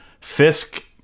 Fisk